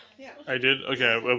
yeah i did? okay,